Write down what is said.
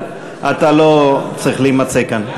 אתה לא צריך להימצא כאן.